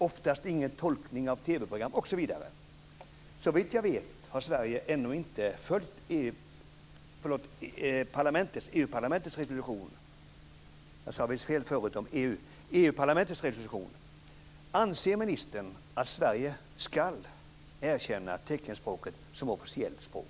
Oftast finns det ingen tolkning av TV Såvitt jag vet har Sverige ännu inte följt EU parlamentets resolution. Anser ministern att Sverige ska erkänna teckenspråket som officiellt språk?